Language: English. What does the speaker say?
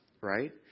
right